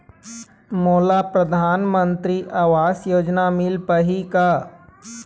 मोला परधानमंतरी आवास योजना मिल पाही का?